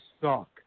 suck